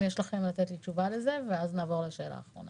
אם יש לכם תשובה על זה, ואז נעבור לשאלה האחרונה.